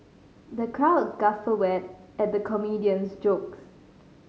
the crowd guffawed why at the comedian's jokes